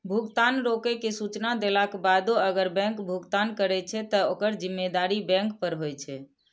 भुगतान रोकै के सूचना देलाक बादो अगर बैंक भुगतान करै छै, ते ओकर जिम्मेदारी बैंक पर होइ छै